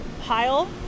pile